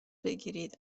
بگیرید